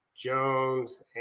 Jones